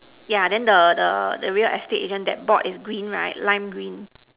yeah the the the real estate agent that board is green right lime green